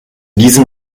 diesem